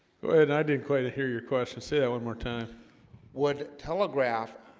go ahead. i didn't quite hear your question sit one more time what telegraph?